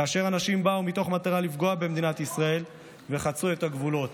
כאשר אנשים באו מתוך מטרה לפגוע במדינת ישראל וחצו את הגבולות.